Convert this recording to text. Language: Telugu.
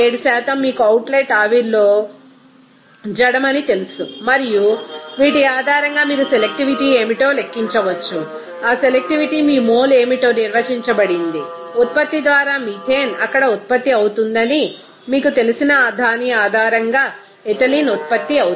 7 మీకు అవుట్లెట్ ఆవిరిలో జడమని తెలుసు మరియు వీటి ఆధారంగా మీరు సెలెక్టివిటీ ఏమిటో లెక్కించవచ్చు ఆ సెలెక్టివిటీ మీ మోల్ ఏమిటో నిర్వచించబడింది ఉత్పత్తి ద్వారా మీథేన్ అక్కడ ఉత్పత్తి అవుతుందని మీకు తెలిసిన దాని ఆధారంగా ఇథిలీన్ ఉత్పత్తి అవుతుంది